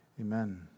Amen